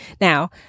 Now